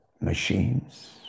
machines